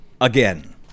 again